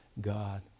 God